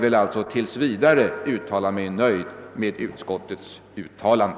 Med det anförda förklarar jag mig tills vidare nöjd med utskottets uttalande.